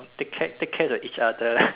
take care take care of each other